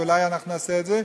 ואולי אנחנו נעשה את זה,